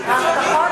אז מצבנו טוב.